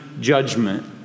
judgment